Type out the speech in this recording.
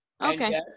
Okay